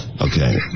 Okay